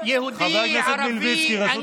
עצרתי את הזמן, חבר הכנסת טיבי.